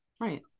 Right